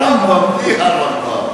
לא הרמב"ם.